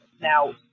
Now